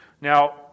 Now